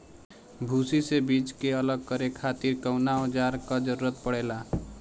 भूसी से बीज के अलग करे खातिर कउना औजार क जरूरत पड़ेला?